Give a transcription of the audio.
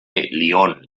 lyon